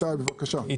אני